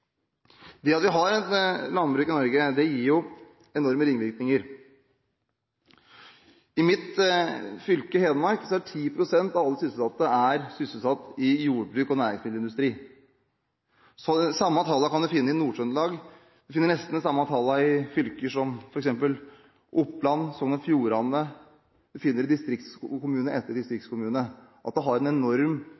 Det at vi har et landbruk i Norge, gir enorme ringvirkninger. I mitt fylke, Hedmark, er 10 pst. av alle sysselsatte sysselsatt i jordbruk og næringsmiddelindustri. Det samme tallet kan en finne i Nord-Trøndelag, vi finner nesten det samme tallet i fylker som f.eks. Oppland og Sogn og Fjordane, vi finner det i distriktskommune etter